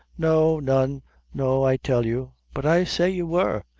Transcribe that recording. no, none no, i tell you. but i say you were.